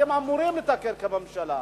אתם אמורים לתקן בממשלה.